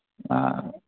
ആ